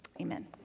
amen